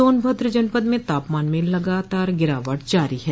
सोनभद्र जनपद में तापमान में लगातार गिरावट जारी है